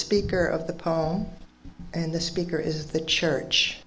speaker of the poem and the speaker is the church